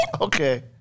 Okay